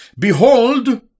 Behold